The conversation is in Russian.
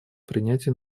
принятия